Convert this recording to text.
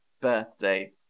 birthday